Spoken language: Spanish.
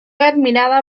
admirada